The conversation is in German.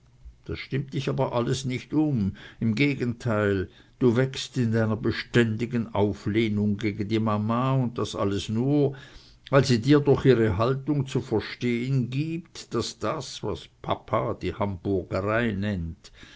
das stimmt dich aber alles nicht um im gegenteil du wächst in deiner beständigen auflehnung gegen die mama und das alles nur weil sie dir durch ihre haltung zu verstehen gibt daß das was papa die hamburgerei nennt